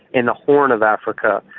in the horn of africa,